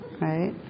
right